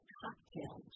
cocktail